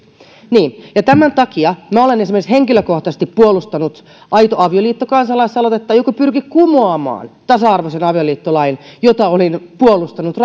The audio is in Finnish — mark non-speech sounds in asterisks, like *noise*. ja tämän takia minä olen esimerkiksi henkilökohtaisesti puolustanut aito avioliitto kansalaisaloitetta joka pyrki kumoamaan tasa arvoisen avioliittolain jota olin puolustanut *unintelligible*